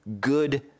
good